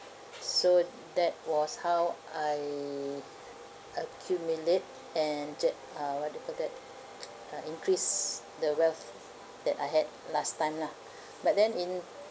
so that was how I accumulate and that uh what you call that uh increase the wealth that I had last time lah but then in